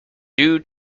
due